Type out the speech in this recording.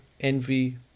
envy